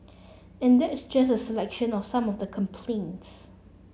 and that's just a selection of some of the complaints